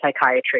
psychiatry